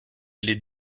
les